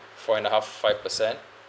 four and a half five per cent